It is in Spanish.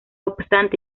obstante